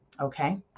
Okay